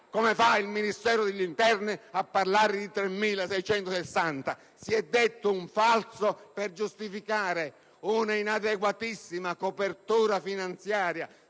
Come fa il Ministero dell'interno a parlare di 3.660? Si è detto un falso per giustificare una inadeguatissima copertura finanziaria,